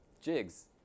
jigs